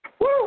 Woo